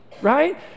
right